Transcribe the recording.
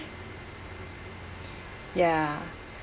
ya